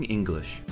English